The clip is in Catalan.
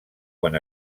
quan